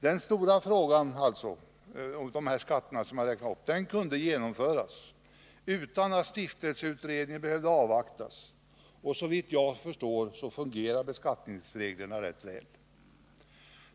Den stora frågan — dvs. de skatter jag har räknat upp — kunde lösas utan att stiftelseutredningen behövde avvaktas, och såvitt jag förstår fungerar beskattningsreglerna rätt väl.